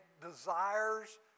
desires